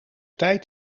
tijd